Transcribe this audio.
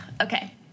okay